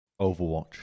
Overwatch